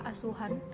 Asuhan